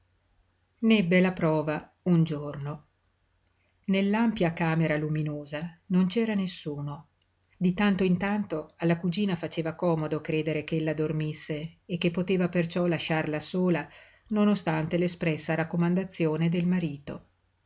n'ebbe la prova un giorno nell'ampia camera luminosa non c'era nessuno di tanto in tanto alla cugina faceva comodo credere ch'ella dormisse e che poteva perciò lasciarla sola non ostante l'espressa raccomandazione del marito